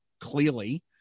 clearly